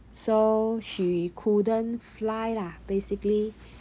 so she couldn't fly lah basically